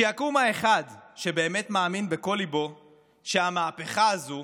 שיקום האחד שבאמת מאמין בכל ליבו שהמהפכה הזו